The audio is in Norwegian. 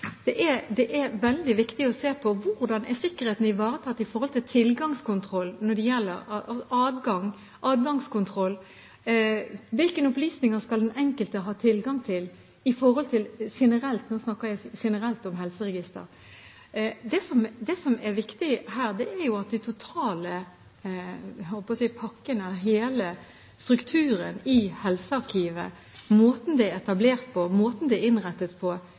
flere tiltak. Det er veldig viktig å se på hvordan sikkerheten er ivaretatt når det gjelder tilgangskontroll og adgangskontroll. Hvilke opplysninger skal den enkelte ha tilgang til generelt? – Nå snakker jeg generelt om helseregistre. Det som er viktig her, er at den totale pakken og hele strukturen i helsearkivet, måten det er etablert på, måten det er innrettet på